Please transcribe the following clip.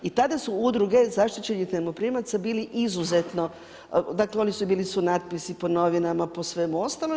I tada su udruge zaštićenih najmoprimaca bili izuzetno, dakle oni su bili sunatpisi po novinama, po svemu ostalom.